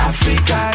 Africa